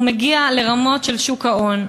והוא מגיע לרמות של שוק ההון.